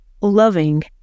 loving